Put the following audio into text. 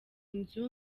inzu